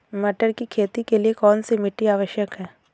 मटर की खेती के लिए कौन सी मिट्टी आवश्यक है?